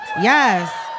Yes